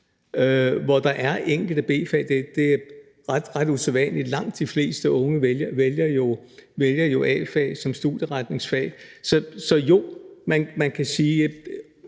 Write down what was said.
hvor der er enkelte B-fag; det er ret usædvanligt, da langt de fleste unge jo vælger A-fag som studieretningsfag. Så jo, man kan sige,